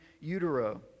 utero